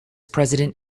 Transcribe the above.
president